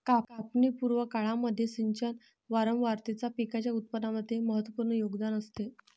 कापणी पूर्व काळामध्ये सिंचन वारंवारतेचा पिकाच्या उत्पादनामध्ये महत्त्वपूर्ण योगदान असते